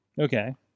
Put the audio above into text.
Okay